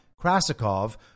Krasikov